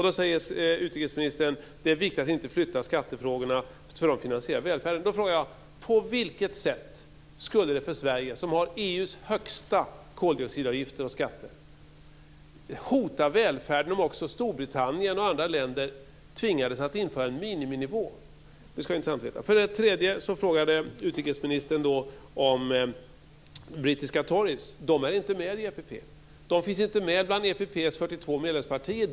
Då säger utrikesministern: Det är viktigt att inte flytta skattefrågorna för de finansierar välfärden. Jag frågar: På vilket sätt skulle det för Sverige - som har EU:s högsta koldioxidavgifter och skatter - hota välfärden om också Storbritannien och andra länder tvingades att införa en miniminivå? Det skulle vara intressant att veta. Utrikesministern frågade också om brittiska Tories. De är inte med i EPP. De finns inte med bland EPP:s 42 medlemspartier.